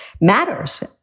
matters